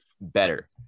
better